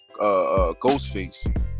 Ghostface